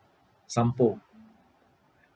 Sompo